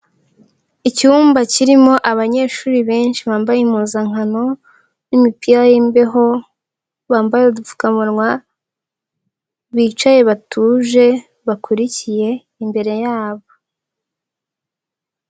Icyumba kirimo abanyeshuri benshi bambaye impuzankano n'imipira y'imbeho, bambaye udupfukamunwa, bicaye batuje bakurikiye imbere yabo.